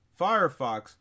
Firefox